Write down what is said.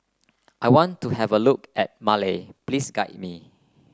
I want to have a look at Male please guide me